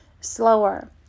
slower